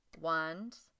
wands